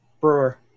Brewer